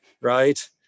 right